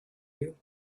you